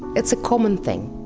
it's a common thing